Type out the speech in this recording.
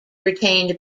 retained